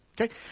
Okay